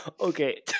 Okay